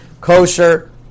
kosher